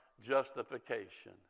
justification